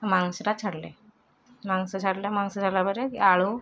ମାଂସ ଟା ଛାଡ଼ିଲେ ମାଂସ ଛାଡ଼ିଲେ ମାଂସ ଛାଡ଼ିଲା ପରେ ଆଳୁ